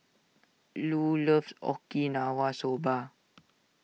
Lu loves Okinawa Soba